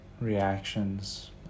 reactions